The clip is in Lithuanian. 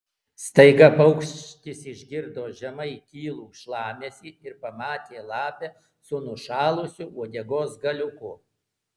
staiga paukštis išgirdo žemai tylų šlamesį ir pamatė lapę su nušalusiu uodegos galiuku